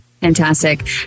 Fantastic